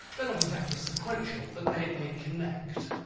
they're not exactly sequential, but they connect.